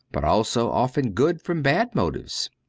but also often good from bad motives.